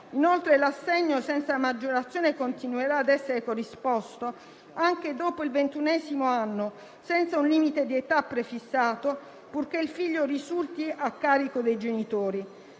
Inoltre, l'assegno senza maggiorazione continuerà ad essere corrisposto anche dopo il ventunesimo anno, senza un limite di età prefissato, purché il figlio risulti a carico dei genitori.